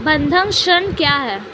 बंधक ऋण क्या है?